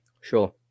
Sure